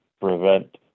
prevent